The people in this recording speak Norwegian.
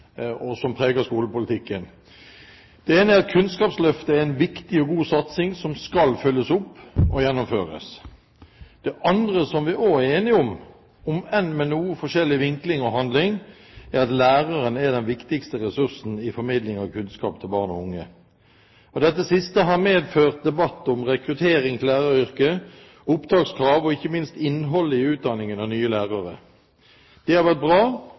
skal følges opp og gjennomføres. Det andre som vi også er enige om, om enn med noe forskjellig vinkling og handling, er at læreren er den viktigste ressursen i formidling av kunnskap til barn og unge. Dette har ført til debatt om rekruttering til læreryrket, opptakskrav og ikke minst innholdet i utdanningen av nye lærere. Det har vært bra,